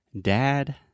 Dad